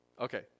Okay